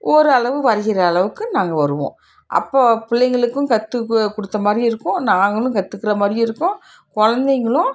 ஓரளவு வரைகிற அளவுக்கு நாங்கள் வருவோம் அப்போது பிள்ளைகளுக்கும் கற்று கொடுத்த மாதிரியும் இருக்கும் நாங்களும் கற்றுக்கற மாதிரியும் இருக்கும் கொழந்தைங்களும்